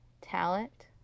talent